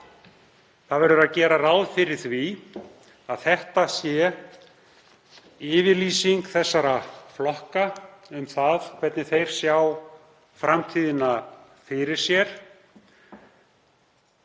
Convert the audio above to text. Það verður að gera ráð fyrir því að þetta sé yfirlýsing þessara flokka um það hvernig þeir sjá framtíðina fyrir sér.